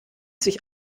sich